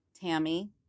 Tammy